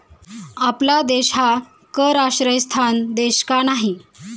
आपला देश हा कर आश्रयस्थान देश का नाही?